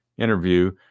Interview